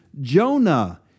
Jonah